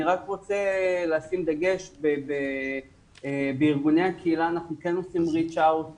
אני רוצה לשים דגש ולומר שבארגוני הקהילה אנחנו כן עושים ריצ' אאוט